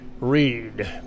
read